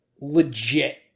legit